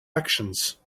actions